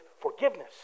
forgiveness